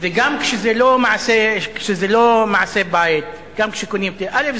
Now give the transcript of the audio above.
וגם כשזה לא מעשה בית, גם כשקונים, א.